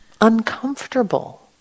uncomfortable